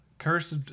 Cursed